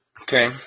Okay